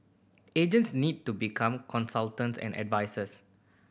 agents need to become consultants and advisers